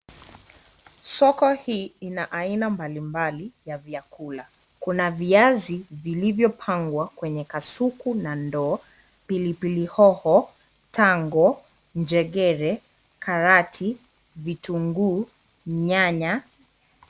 Soko hii ina aina mbalimbali ya vyakula. Kuna viazi vilivyopangwa kwenye kasuku na ndoo, pilipili hoho, tango, njegere, karati, vitunguu, nyanya.